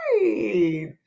right